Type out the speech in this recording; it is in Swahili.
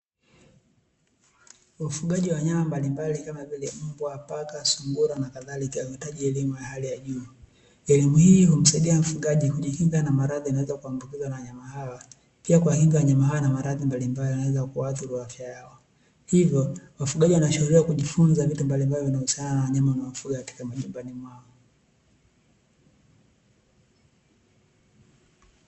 Wafugaji wa wanyama mbalimbali kama vile mbwa, paka, sungura na kadhalika; huhitaji elimu ya hali ya juu. Elimu hii humsaidia mfugaji kujikinga na maradhi yanayoweza kuambikizwa na wanyama hawa; pia kuwakinga wanyama hawa na maradhi mbalimbali, yanayoweza kuathiri afya yao, hivyo wafugaji wanashauriwa kujifunza vitu mbalimbali vinavyohusiana na wanyama wanaofugwa majumbani mwao.